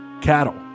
cattle